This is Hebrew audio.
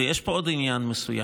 ויש פה עוד עניין מסוים.